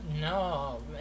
No